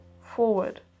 forward